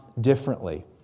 differently